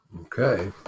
Okay